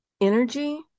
energy